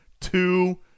two